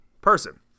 person